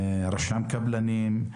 רשם הקבלנים.